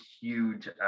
huge